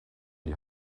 die